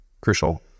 crucial